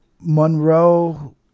Monroe